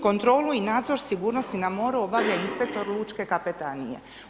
Kontrolu i nadzor sigurnosti na moru obavlja inspektor lučke kapetanije.